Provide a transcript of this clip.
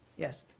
yes.